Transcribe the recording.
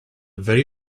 very